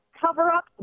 cover-up